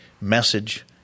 message